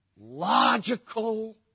logical